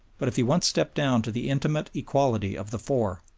but if he once stepped down to the intimate equality of the four,